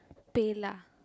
paylah